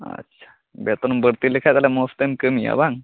ᱟᱪᱷᱟ ᱵᱮᱛᱚᱱ ᱵᱟᱹᱲᱛᱤ ᱞᱮᱠᱷᱟᱡ ᱛᱟᱦᱚᱞᱮ ᱢᱚᱡᱽ ᱛᱮᱢ ᱠᱟᱹᱢᱤᱭᱟ ᱵᱟᱝ